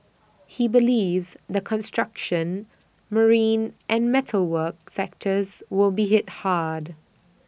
he believes the construction marine and metal work sectors will be hit hard